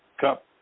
cup